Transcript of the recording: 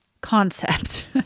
concept